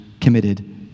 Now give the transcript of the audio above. committed